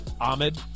Ahmed